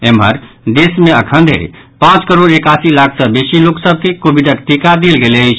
एम्हर देश मे अखन धरि पांच करोड़ एकासी लाख सँ बेसी लोक सभ के कोविडक टीका देल गेल अछि